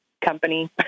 company